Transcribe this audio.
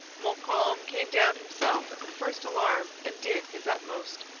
montcalm came down himself, at the first alarm, and did his utmost.